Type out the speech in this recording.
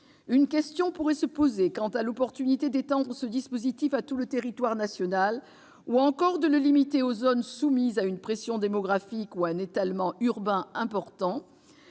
Une question pourrait se poser quant à l'opportunité d'étendre ce dispositif à tout le territoire national, ou encore de le limiter aux zones soumises à une pression démographique ou à un étalement urbain important.